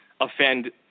offend